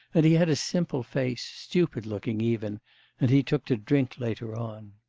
and he had a simple face stupid-looking even and he took to drink later on.